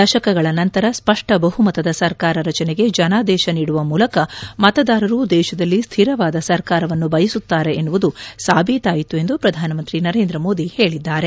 ದಶಕಗಳ ನಂತರ ಸ್ಪಷ್ಟ ಬಹುಮತದ ಸರ್ಕಾರ ರಚನೆಗೆ ಜನಾದೇಶ ನೀಡುವ ಮೂಲಕ ಮತದಾರರು ದೇಶದಲ್ಲಿ ಸ್ಥಿರವಾದ ಸರ್ಕಾರವನ್ನು ಬಯಸುತ್ತಾರೆ ಎನ್ನುವುದು ಸಾಬೀತಾಯಿತು ಎಂದು ಪ್ರಧಾನಮಂತ್ರಿ ನರೇಂದ್ರ ಮೋದಿ ಹೇಳಿದ್ದಾರೆ